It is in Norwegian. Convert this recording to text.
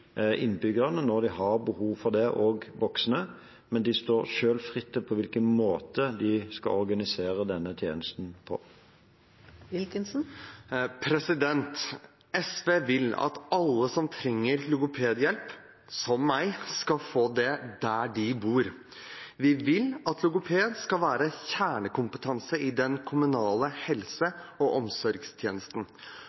innbyggerne når de har behov for det, også voksne, men de står selv fritt til på hvilken måte de skal organisere denne tjenesten. SV vil at alle som trenger logopedhjelp, som meg, skal få det der de bor. Vi vil at logoped skal være en kjernekompetanse i den kommunale helse-